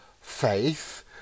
faith